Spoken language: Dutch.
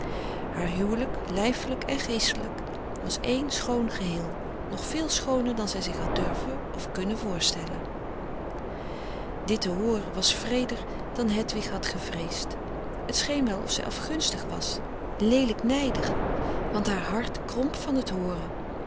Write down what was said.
haar huwelijk lijfelijk en geestelijk was één schoon geheel nog veel schooner dan zij zich had durven of kunnen voorstellen dit te hooren was wreeder dan hedwig had gevreesd het scheen wel of zij afgunstig was leelijk nijdig want haar hart kromp van t hooren